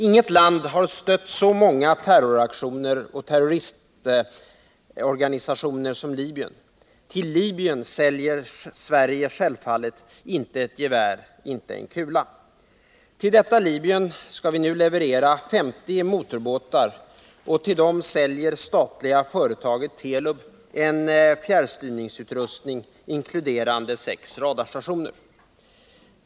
Inget land har stött så många terroraktioner och terroristorganisationer som Libyen. Till Libyen säljer Sverige självfallet inte ett gevär, inte en kula. Till detta Libyen skall vi nu leverera 50 motorbåtar, och till dessa båtar säljer statliga företaget Telub AB en fjärrstyrningsutrustning inkluderande sex radarstationer.